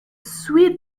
suit